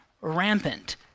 rampant